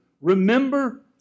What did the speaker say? Remember